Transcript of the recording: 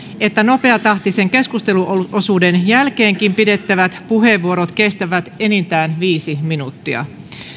että nopeatahtisen keskusteluosuuden jälkeenkin pidettävät puheenvuorot kestävät enintään viisi minuuttia